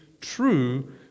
true